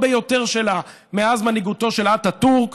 ביותר שלה מאז מנהיגותו של אטאטורק.